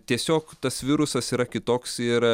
tiesiog tas virusas yra kitoks ir